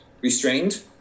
restrained